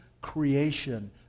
creation